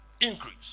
increase